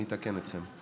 אני אתקן אתכם,